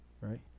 right